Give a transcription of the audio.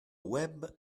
web